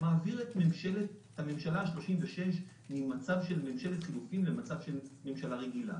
שמעביר את הממשלה ה-36 ממצב של ממשלת חילופים למצב של ממשלה רגילה.